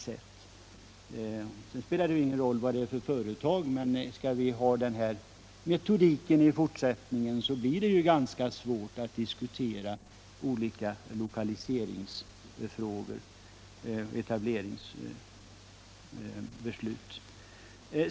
Sedan spelar det ju ingen roll vilket företag det är, men skall man ha den metodiken i fortsättningen blir det ganska svårt att diskutera ohika lokaliseringsfrågor och etableringsbeslut.